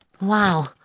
Wow